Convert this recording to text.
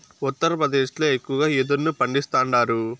ఉత్తరప్రదేశ్ ల ఎక్కువగా యెదురును పండిస్తాండారు